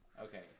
Okay